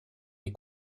les